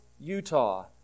Utah